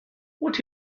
what